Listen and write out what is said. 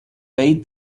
bade